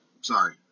Sorry